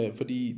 fordi